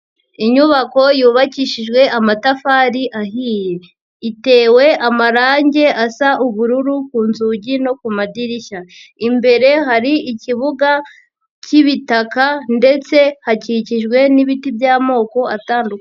Inyubako yubakishijwe amatafari ahiye, itewe amarangi asa ubururu ku nzugi no ku madirishya, imbere hari ikibuga cy'ibitaka ndetse hakikijwe n'ibiti by'amoko atandu...